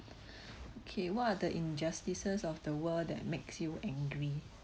okay what are the injustices of the world that makes you angry